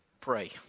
pray